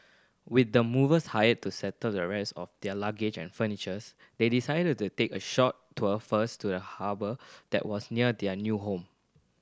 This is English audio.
with the movers hired to settle the rest of their luggage and furnitures they decided to take a short tour first to the harbour that was near their new home